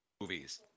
movies